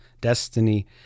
destiny